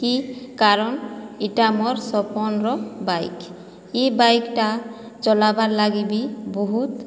କି କାରଣ ଏଇଟା ମୋର ସପନର ବାଇକ୍ ଏହି ବାଇକ୍ଟା ଚଳାଇବାର ଲାଗି ବି ବହୁତ